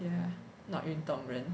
um not 运动员